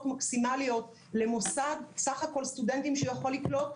מקסימליות לסך הסטודנטים שהם יכולים לקלוט,